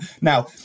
Now